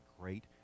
great